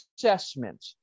assessment